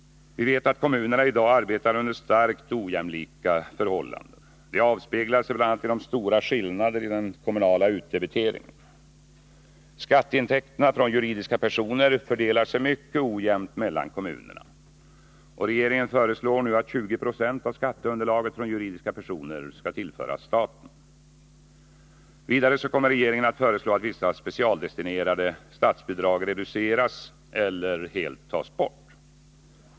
Kommunerna arbetar i dag under starkt ojämlika förhållanden. Det avspeglar sig bl.a. i stora skillnader i den kommunala utdebiteringen. Skatteintäkterna från juridiska personer fördelar sig mycket ojämnt mellan kommunerna. Regeringen föreslår nu att 20 70 av skatteunderlaget från juridiska personer skall tillföras staten. Vidare kommer regeringen att föreslå att vissa specialdestinerade statsbi drag reduceras eller tas bort helt.